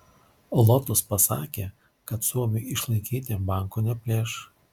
lotus pasakė kad suomiui išlaikyti banko neplėš